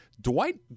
Dwight